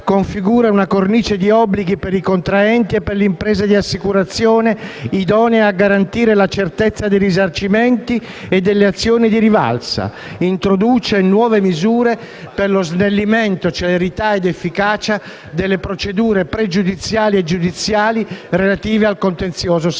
configura una cornice di obblighi per i contraenti e per le imprese di assicurazione idonea a garantire la certezza dei risarcimenti e delle azioni di rivalsa, introduce nuove misure per lo snellimento, la celerità e l'efficacia delle procedure pregiudiziali e giudiziali relative al contenzioso sanitario.